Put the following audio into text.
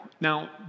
Now